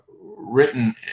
written